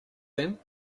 then